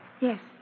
Yes